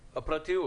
הפרטיות.